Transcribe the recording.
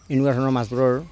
এনেকুৱা ধৰণৰ মাছবোৰৰ